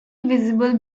visible